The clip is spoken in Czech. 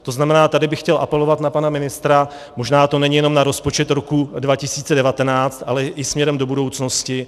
To znamená, tady bych chtěl apelovat na pana ministra, možná to není jenom na rozpočet roku 2019, ale i směrem do budoucnosti.